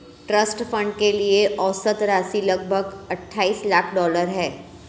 trust fund के लिए औसत राशि लगभग अट्ठाईस लाख डॉलर है